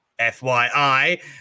FYI